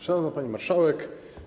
Szanowna Pani Marszałek!